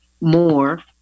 more